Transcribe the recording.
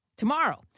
Tomorrow